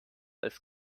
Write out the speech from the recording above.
als